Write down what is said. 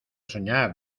soñar